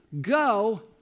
go